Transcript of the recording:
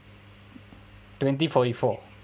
twenty forty four